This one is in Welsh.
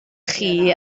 chi